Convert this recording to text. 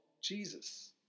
Jesus